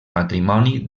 matrimoni